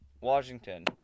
Washington